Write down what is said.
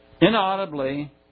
inaudibly